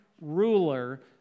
ruler